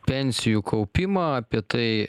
pensijų kaupimą apie tai